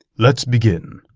let's begin.